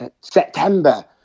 September